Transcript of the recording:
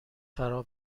فرا